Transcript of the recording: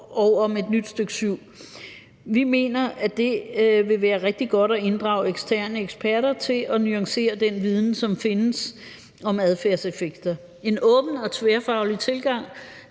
4 om et nyt stk. 7. Vi mener, at det vil være rigtig godt at inddrage eksterne eksperter til at nuancere den viden, som findes, om adfærdseffekter. En åben og tværfaglig tilgang